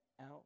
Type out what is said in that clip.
out